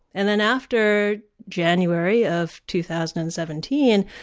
and then after january of two thousand and seventeen,